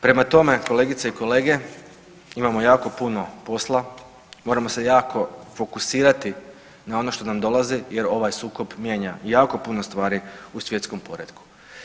Prema tome kolegice i kolege imamo jako puno posla, moramo se jako fokusirati na ono što nam dolazi jer ovaj sukob mijenja jako puno stvari u svjetskom poretku.